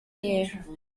year